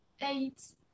eight